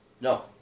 No